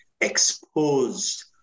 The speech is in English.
exposed